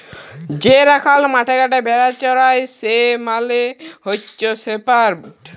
যে রাখাল মাঠে ঘাটে ভেড়া চরাই সে মালে হচ্যে শেপার্ড